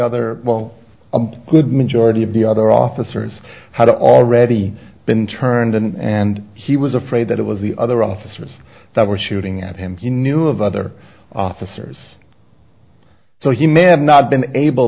other while a good majority of the other officers had already been turned and and he was afraid that it was the other officers that were shooting at him he knew of other officers so he may have not been able